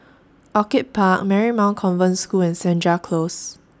Orchid Park Marymount Convent School and Senja Close